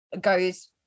goes